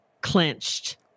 clenched